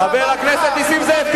חבר הכנסת נסים זאב,